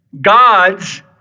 God's